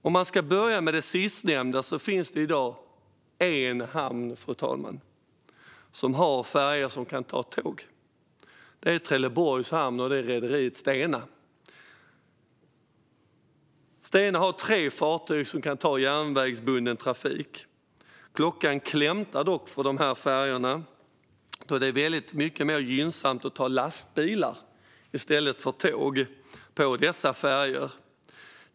Låt mig börja med det sistnämnda. Det finns i dag en hamn, fru talman, som har färjor som kan ta tåg. Det är Trelleborgs hamn och rederiet Stena. Stena har tre fartyg som kan ta järnvägsbunden trafik. Klockan klämtar dock för dessa färjor, då det på dem är väldigt mycket gynnsammare att ta lastbilar i stället för tåg.